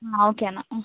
ആ ഓക്കെ എന്നാൽ ആ